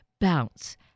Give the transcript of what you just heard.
Bounce